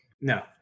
No